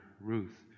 Ruth